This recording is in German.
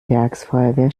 werksfeuerwehr